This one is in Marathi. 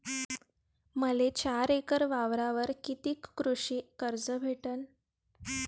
मले चार एकर वावरावर कितीक कृषी कर्ज भेटन?